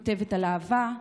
כותבת על אהבה,